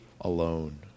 alone